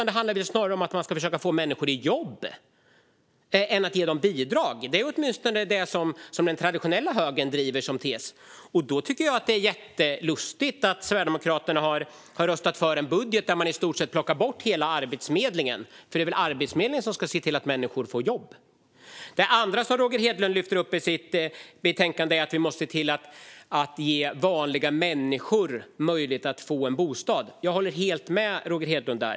Det handlar väl snarare om att försöka få människor i jobb i stället för att ge dem bidrag? Det är åtminstone det som den traditionella högern driver som tes. Då är det lustigt att Sverigedemokraterna har röstat för en budget där man i stort sett tar bort hela Arbetsförmedlingen, för det är väl Arbetsförmedlingen som ska se till att människor får jobb? Det andra som Roger Hedlund lyfter fram är att vi måste ge vanliga människor möjlighet att få en bostad. Jag håller helt med Roger Hedlund där.